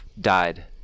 died